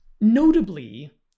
Notably